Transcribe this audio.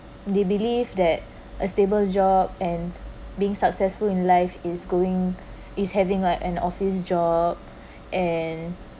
they believe that a stable job and being successful in life is going is having like an office job and